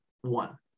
one